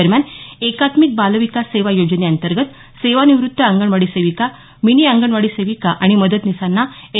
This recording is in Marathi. दरम्यान एकात्मिक बाल विकास सेवा योजनेतंर्गत सेवानिवृत्त अंगणवाडी सेविका मिनी अंगणवाडी सेविका आणि मदतनीस या मानधनी कर्मचाऱ्यांना एल